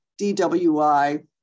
DWI